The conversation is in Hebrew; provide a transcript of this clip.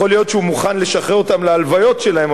יכול להיות שהוא מוכן לשחרר אותם להלוויות שלהם,